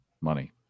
money